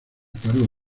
cargo